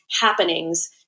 happenings